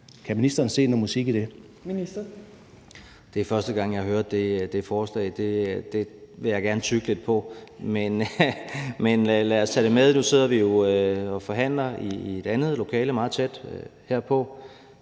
forsyningsministeren (Dan Jørgensen): Det er første gang, jeg hører det forslag. Det vil jeg gerne tygge lidt på, men lad os tage det med. Nu sidder vi jo og forhandler i et andet lokale meget tæt herpå,